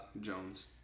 Jones